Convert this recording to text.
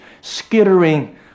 skittering